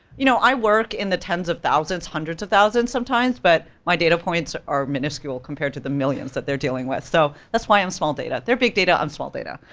you know, i work in the tens of thousands, hundreds of thousands sometimes, but my data points are minuscule compared to the millions that they're dealing with, so, that's why i'm small data. they're big data, i'm small data.